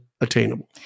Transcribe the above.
attainable